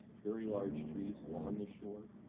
very large trees along the shore.